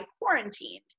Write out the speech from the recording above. quarantined